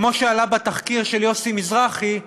כמו שעלה בתחקיר של יוסי מזרחי,